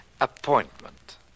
appointment